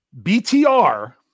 BTR